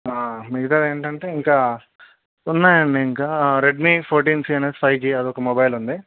మిగతావి ఏమిటి అంటే ఇంకా ఉన్నాయి అండి ఇంకా రెడ్మీ ఫోర్టీన్ సీ అని ఫైవ్ జీ అదొక మొబైల్ ఉంది